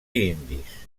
indis